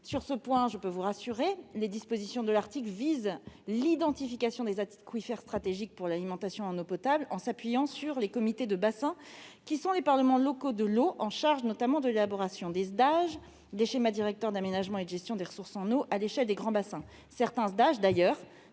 Sur ce point, je peux vous rassurer : les dispositions de l'article visent l'identification des aquifères stratégiques pour l'alimentation en eau potable, en s'appuyant sur les comités de bassin, qui sont les parlements locaux de l'eau et sont chargés, notamment, de l'élaboration des schémas directeurs d'aménagement et de gestion des eaux à l'échelle des grands bassins. Certains Sdage,